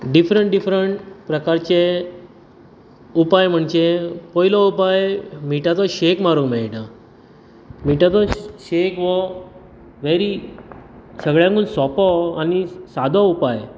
different different प्रकारचे उपाय म्हणजे पयलो उपाय मिठाचो शेक मारूंक मेळटा मिठाचो शेक वो वेरी सगळ्यांकून सोंपो आनी सादो उपाय